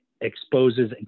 exposes